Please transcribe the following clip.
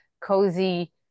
cozy